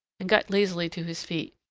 and got lazily to his feet.